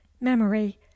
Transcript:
memory